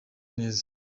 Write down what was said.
neza